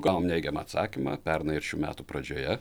gavom neigiamą atsakymą pernai ir šių metų pradžioje